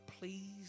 Please